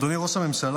אדוני ראש הממשלה,